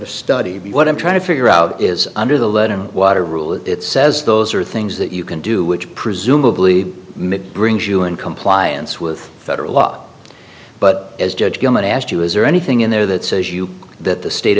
a study but what i'm trying to figure out is under the lead in the water rule it says those are things that you can do which presumably mitt brings you in compliance with federal law but as judge gellman asked you is there anything in there that says you that the state